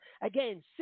Again